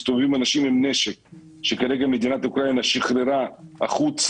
מסתובבים אנשים עם נשק שכרגע מדינת אוקראינה שחררה החוצה,